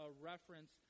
reference